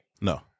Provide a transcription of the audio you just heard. No